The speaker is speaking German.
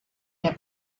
der